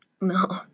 No